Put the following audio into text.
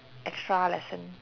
extra lesson